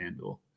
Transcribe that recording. FanDuel